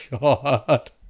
God